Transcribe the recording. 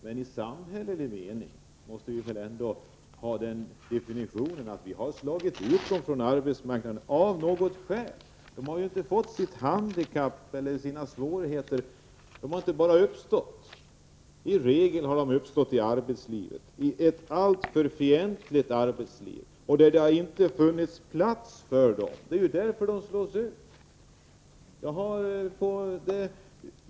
Men i samhällelig mening måste vi ändå ha den definitionen att vi av något skäl har slagit ut dem från arbetsmarknaden. Deras handikapp och svårigheter har inte uppstått utan anledning. I regel har de uppstått i arbetslivet, i ett alltför fientligt arbetsliv, där det inte har funnits plats för dem. Det är därför de slås ut.